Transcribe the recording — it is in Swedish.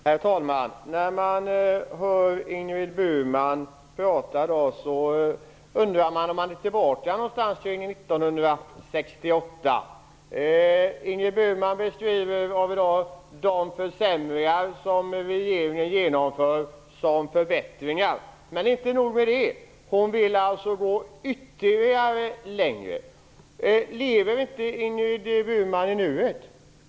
Herr talman! När man hör Ingrid Burman undrar man om man är tillbaka till 1968. Ingrid Burman beskriver de försämringar som regeringen vill genomföra som förbättringar. Men inte nog med det, hon vill gå ännu längre. Lever inte Ingrid Burman i nuet?